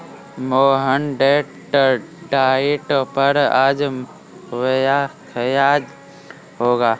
Mohan date diet पर आज व्याख्यान होगा